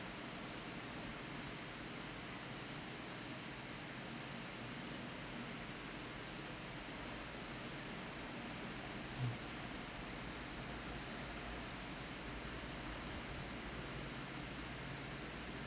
mm